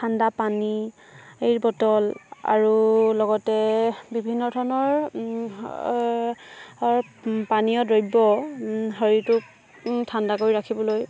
ঠাণ্ডা পানী বটল আৰু লগতে বিভিন্ন ধৰণৰ পানীয় দ্ৰব্য শৰীৰটোক ঠাণ্ডা কৰি ৰাখিবলৈ